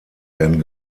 werden